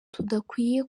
tudakwiye